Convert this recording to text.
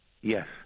Yes